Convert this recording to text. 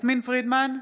יסמין פרידמן,